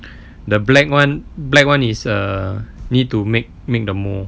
the black [one] black [one] is err need to make make the mould